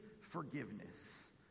forgiveness